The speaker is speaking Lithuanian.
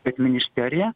bet ministerija